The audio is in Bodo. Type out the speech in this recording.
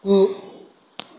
गु